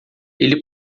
ele